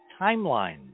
timeline